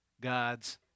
God's